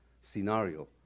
scenario